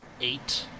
eight